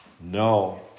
No